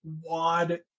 Wad